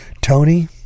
Tony